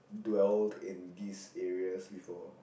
dwell in this areas before